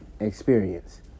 experience